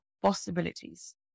Possibilities